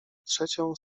trzecią